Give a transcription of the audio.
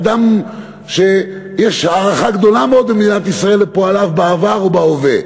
אדם שיש הערכה גדולה מאוד במדינת ישראל לפועליו בעבר ובהווה.